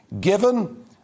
Given